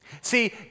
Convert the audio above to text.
See